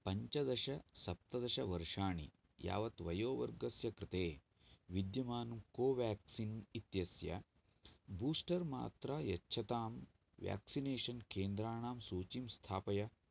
पञ्चदशसप्तदशवर्षाणि यावत् वयोवर्गस्य कृते विद्यमानं कोवेक्सिन् इत्यस्य बूस्टर् मात्रा यच्छतां व्याक्सिनेषन् केन्द्राणां सूचीं स्थापय